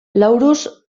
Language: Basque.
laurus